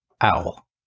Owl